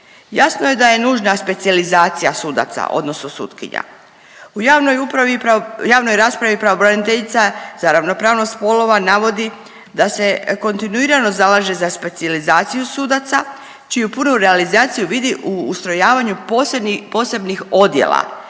Jasno je da je nužna specijalizacija sudaca odnosno sutkinja. U javnoj upravi i pravo…, u javnoj raspravi i pravobraniteljica za ravnopravnost spolova navodi da se kontinuirano zalaže za specijalizaciju sudaca čiju punu realizaciju vidi u ustrojavanju posebnih odjela